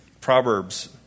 Proverbs